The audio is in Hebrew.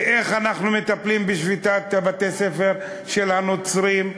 ואיך אנחנו מטפלים בשביתת בתי-הספר של הנוצרים.